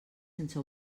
sense